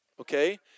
Okay